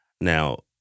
now